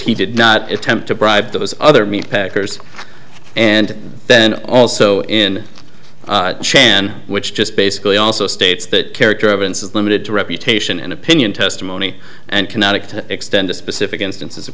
he did not attempt to bribe those other meat packers and then also in chan which just basically also states that character evidence is limited to reputation and opinion testimony and kinetic to extend to specific instances of